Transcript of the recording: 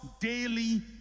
daily